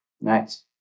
Nice